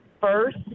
first